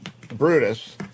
Brutus